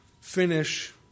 finish